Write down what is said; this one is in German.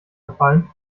verfallen